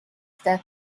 death